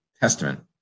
Testament